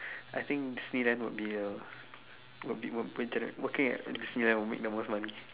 I think Disneyland would be a would be would be working at Disneyland would make the most money